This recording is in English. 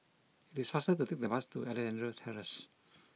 it is faster to take the bus to Alexandra Terrace